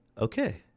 okay